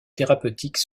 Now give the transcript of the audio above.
thérapeutique